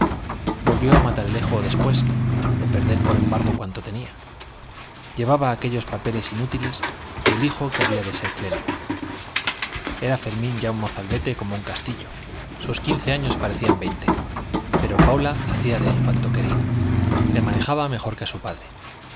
volvió a matalerejo después de perder por embargo cuanto tenía llevaba aquellos papeles inútiles y el hijo que había de ser clérigo era fermín ya un mozalbete como un castillo sus años parecían veinte pero paula hacía de él cuanto quería le manejaba mejor que a su padre